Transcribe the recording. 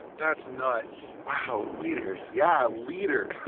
that's nuts! wow! liters! yeah, liters!